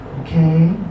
Okay